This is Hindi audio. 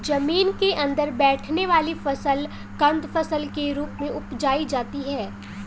जमीन के अंदर बैठने वाली फसल कंद फसल के रूप में उपजायी जाती है